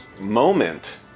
moment